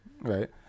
Right